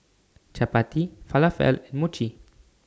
Chapati Falafel and Mochi